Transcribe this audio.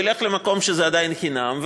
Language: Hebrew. הוא ילך למקום שבו זה עדיין חינם,